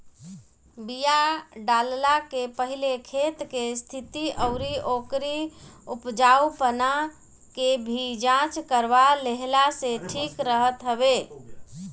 बिया डालला के पहिले खेत के स्थिति अउरी ओकरी उपजाऊपना के भी जांच करवा लेहला से ठीक रहत हवे